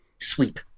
sweep